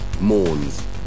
mourns